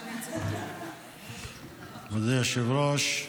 אדוני היושב-ראש,